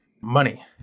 money